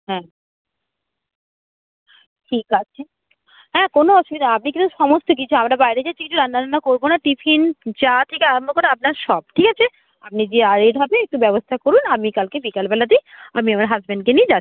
হ্যাঁ ঠিক আছে হ্যাঁ কোনো অসুবিধা আপনি কিন্তু সমস্ত কিছু আমরা বাইরে রান্না বান্না করবো না টিফিন চা থেকে আরাম্ভ করে আপনার সব ঠিক আছে আপনি যেয়ে আগে ভাগে একটু ব্যবস্থা করুন আমি কালকে বিকাল বেলাতেই আমি আমার হাজব্যান্ডকে নিয়ে যাচ্ছি